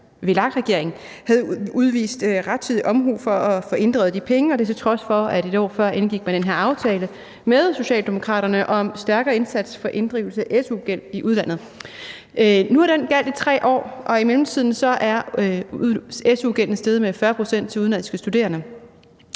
VLAK-regering havde udvist rettidig omhu for at få inddrevet de penge, og det til trods for, at man et år før indgik den her aftale med Socialdemokraterne om stærkere indsats for inddrivelse af su-gæld i udlandet. Nu har den gjaldt i 3 år, og i mellemtiden er su-gælden steget med 40 pct. til udenlandske studerende.